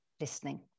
listening